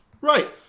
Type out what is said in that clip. Right